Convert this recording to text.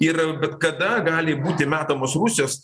ir bet kada gali būti metamos rusijos